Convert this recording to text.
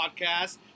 podcast